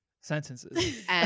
sentences